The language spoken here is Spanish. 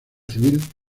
civil